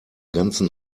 ganzen